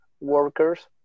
workers